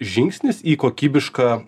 žingsnis į kokybišką